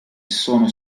sono